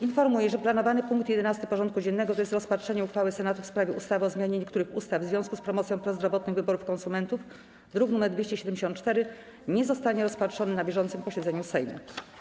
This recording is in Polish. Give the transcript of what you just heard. Informuję, że planowany punkt 11. porządku dziennego: Rozpatrzenie uchwały Senatu w sprawie ustawy o zmianie niektórych ustaw w związku z promocją prozdrowotnych wyborów konsumentów, druk nr 274, nie zostanie rozpatrzony na bieżącym posiedzeniu Sejmu.